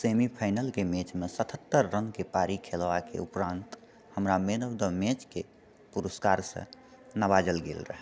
semi फाइनलके मैचमे सतहत्तर रनके पारी खेलबाके उपरान्त हमरा मैन ऑफ द मैच के पुरस्कारसँ नवाजल गेल रहए